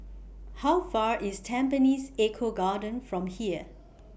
How Far IS Tampines Eco Garden from here